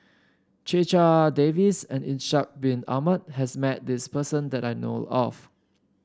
Checha Davies and Ishak Bin Ahmad has met this person that I know of